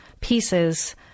pieces